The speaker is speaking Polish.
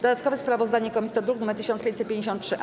Dodatkowe sprawozdanie komisji to druk nr 1553-A.